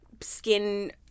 skin